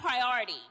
priority